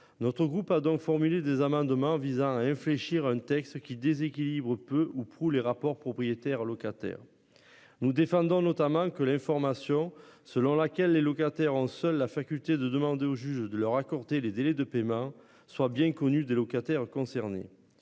Notre groupe a donc formulé des demain vise à infléchir un texte qui déséquilibre peu ou prou les rapports propriétaire locataire. Nous défendons notamment que l'information selon laquelle les locataires en seule la faculté de demander au juge de leur accorder les délais de paiement soit bien connu des locataires concernés.